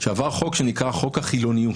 שעבר חוק שנקרא חוק החילוניות,